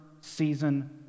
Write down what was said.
season